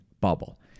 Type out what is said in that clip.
Bubble